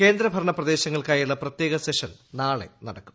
കേന്ദ്ര ഭരണ പ്രദേശങ്ങൾക്കായുളള പ്രത്യേക സെഷൻ നാളെ നടക്കും